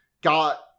got